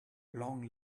long